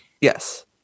Yes